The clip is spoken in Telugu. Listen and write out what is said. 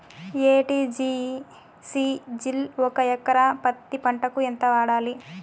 ఎ.టి.జి.సి జిల్ ఒక ఎకరా పత్తి పంటకు ఎంత వాడాలి?